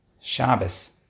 Shabbos